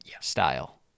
style